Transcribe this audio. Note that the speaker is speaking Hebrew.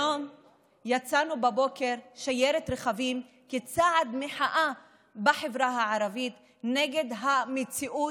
היום יצאנו בבוקר בשיירת רכבים כצעד מחאה בחברה הערבית נגד המציאות,